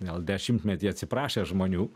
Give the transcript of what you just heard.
gal dešimtmetį atsiprašęs žmonių